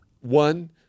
One